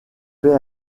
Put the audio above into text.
fait